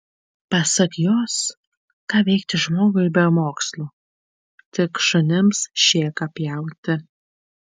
pasak jos ką veikti žmogui be mokslų tik šunims šėką pjauti